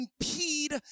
impede